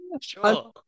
Sure